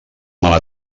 mala